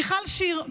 מיכל שיר,